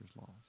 laws